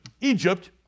Egypt